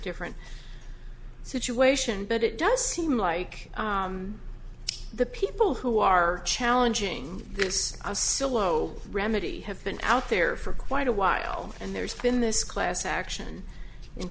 different situation but it does seem like the people who are challenging this a solo remedy have been out there for quite a while and there's been this class action in